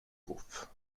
groupe